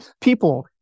people